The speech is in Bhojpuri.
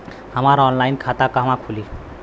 हमार ऑनलाइन खाता कहवा खुली?